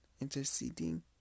interceding